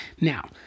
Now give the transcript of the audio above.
Now